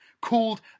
called